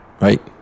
Right